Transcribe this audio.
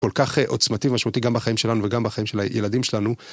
כל כך עוצמתי ומשמעותי גם בחיים שלנו וגם בחיים של הילדים שלנו.